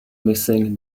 missing